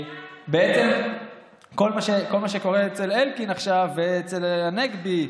בעצם כל מה שקורה אצל אלקין עכשיו ואצל הנגבי,